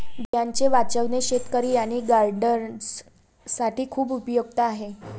बियांचे वाचवणे शेतकरी आणि गार्डनर्स साठी खूप उपयुक्त आहे